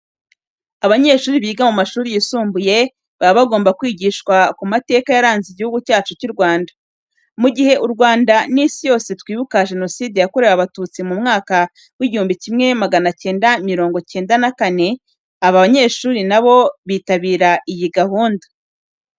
Abanyeshuri biga mu mashuri yisumbuye, baba bagomba kwigishwa ku mateka yaranze Igihugu cyacu cy'u Rwanda. Mu gihe u Rwanda n'isi yose twibuka Jenoside yakorewe Abatutsi mu mwaka w'igihumbi kimwe magana cyenda mirongo cyenda na kane, aba banyeshuri na bo bitabira iyi gahunda.